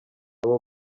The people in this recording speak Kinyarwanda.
abo